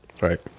Right